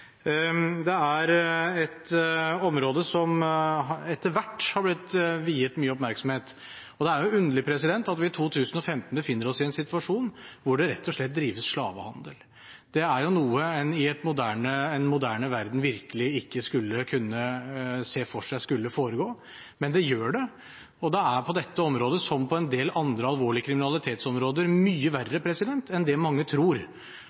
Det er et område som etter hvert har blitt viet mye oppmerksomhet, og det er underlig at vi i 2015 befinner oss i en situasjon hvor det rett og slett drives slavehandel. Det er jo noe en i en moderne verden virkelig ikke skulle kunne se for seg skulle foregå. Men det gjør det, og det er på dette området som på en del andre alvorlige kriminalitetsområder mye verre enn mange tror.